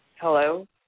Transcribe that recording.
hello